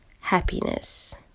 happiness